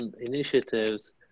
initiatives